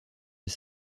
des